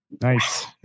Nice